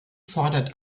fordert